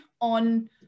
on